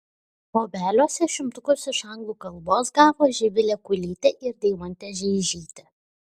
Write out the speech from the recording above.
obeliuose šimtukus iš anglų kalbos gavo živilė kulytė ir deimantė žeižytė